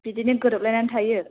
बिदिनो गोरोबलायनानै थायो